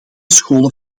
scholen